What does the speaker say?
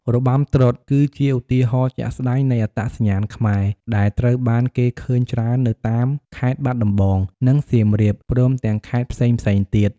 របាំត្រុដិ គឺជាឧទាហរណ៍ជាក់ស្តែងនៃអត្តសញ្ញាណខ្មែរ ដែលត្រូវបានគេឃើញច្រើននៅតាមខេត្តបាត់ដំបង និងសៀមរាបព្រមទាំងខេត្តផ្សេងៗទៀត។